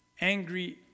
Angry